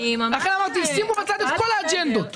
לכן אמרתי שימו בצד את כל האג'נדות.